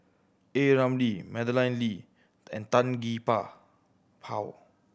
A Ramli Madeleine Lee and Tan Gee Paw